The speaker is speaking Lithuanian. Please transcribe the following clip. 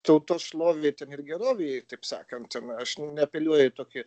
tautos šlovei ir gerovei taip sakant aš neapeliuoju į tokį